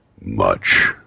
Much